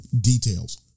details